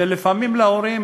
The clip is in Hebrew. ולפעמים להורים,